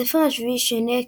הספר השביעי שונה,